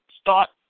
start